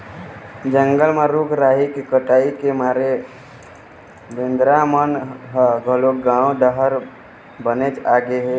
जंगल म रूख राई के कटई के मारे बेंदरा मन ह घलोक गाँव डहर बनेच आगे हे